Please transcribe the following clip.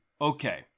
okay